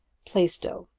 plaistow,